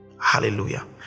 Hallelujah